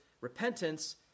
repentance